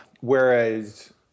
Whereas